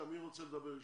מי רוצה לדבר ראשון?